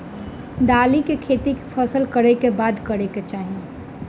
दालि खेती केँ फसल कऽ बाद करै कऽ चाहि?